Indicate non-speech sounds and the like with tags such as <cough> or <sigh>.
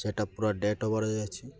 ସେଇଟା ପୁରା ଡେଟ୍ <unintelligible> ଯାଇଛି